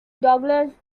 douglas